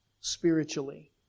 spiritually